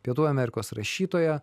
pietų amerikos rašytoją